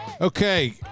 Okay